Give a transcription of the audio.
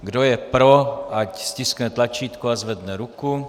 Kdo je pro, ať stiskne tlačítku a zvedne ruku.